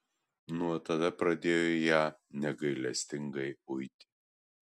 nuo tada pradėjo ją negailestingai uiti